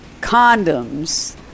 condoms